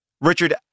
Richard